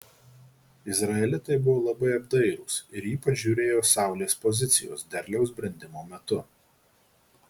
izraelitai buvo labai apdairūs ir ypač žiūrėjo saulės pozicijos derliaus brendimo metu